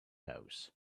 house